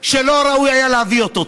שלא ראוי היה להביא אותו.